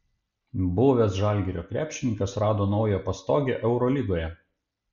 buvęs žalgirio krepšininkas rado naują pastogę eurolygoje